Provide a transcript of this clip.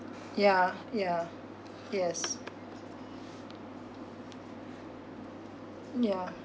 ya ya yes ya